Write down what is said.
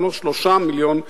3 מיליון שקלים.